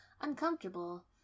Uncomfortable